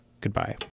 goodbye